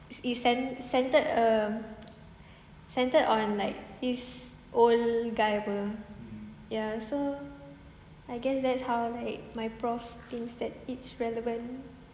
is is cen~ centered um centered on like this old guy [pe] ya so I guess that's how like my prof thinks that it is relevant